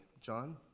John